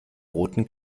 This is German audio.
roten